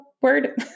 word